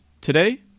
Today